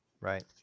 Right